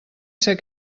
ser